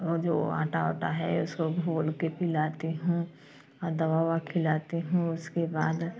और जो वो आंटा वांटा है उसको घोलके पिलाती हूँ और दवा ओवा खिलाती हूँ उसके बाद